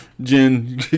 Jen